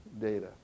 data